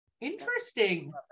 Interesting